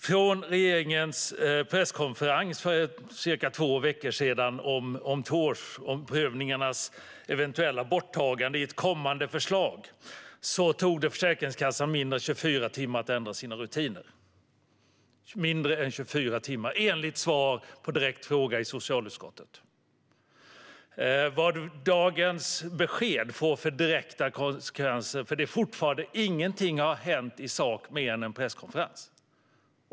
Från regeringens presskonferens för cirka två veckor sedan om tvåårsomprövningarnas eventuella borttagande i ett kommande förslag tog det Försäkringskassan mindre än 24 timmar att ändra sina rutiner - mindre än 24 timmar, enligt svar på en direkt fråga i socialutskottet. Vad dagens besked får för direkta konsekvenser får vi se, för fortfarande har ingenting hänt mer än en presskonferens.